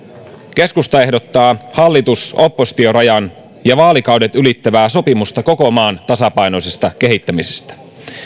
keskusta ehdottaa hallitus oppositio rajan ja vaalikaudet ylittävää sopimusta koko maan tasapainoisesta kehittämisestä